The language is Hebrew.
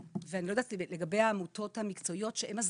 אני לא יודעת מה מצבן של העמותות המקצועיות הזכייניות,